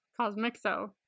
Cosmixo